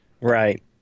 Right